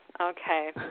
okay